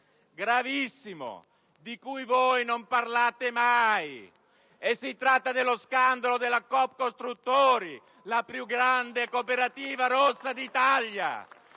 gravissimo, di cui voi non parlate mai. Si tratta dello scandalo della Coopcostruttori, la più grande cooperativa rossa d'Italia.